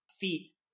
feet